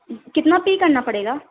کتنا پے کرنا پڑے گا